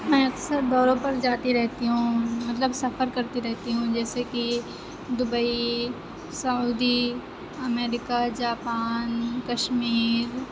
میں اکثر دوروں پر جاتی رہتی ہوں مطلب سفر کرتی رہتی ہوں جیسے کہ دبئی سعودی امریکہ جاپان کشمیر